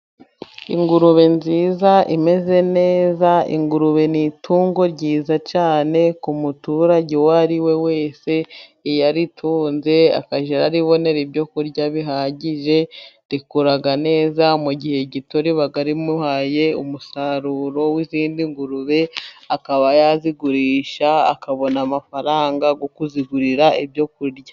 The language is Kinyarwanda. Ingurube nziza imeze neza. Ingurube ni itungo ryiza cyane ku muturage uwo ari we wese. Iyo aritunze akajya aribonera ibyo kurya bihagije rikura neza, mu gihe gito riba rimuhaye umusaruro w'izindi ngurube, akaba yazigurisha akabona amafaranga yo kuzigurira ibyo kurya.